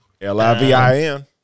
L-I-V-I-N